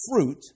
fruit